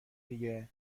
دیگه